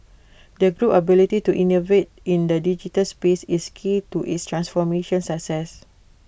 the group ability to innovate in the digital space is key to its transformation success